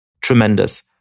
tremendous